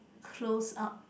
close up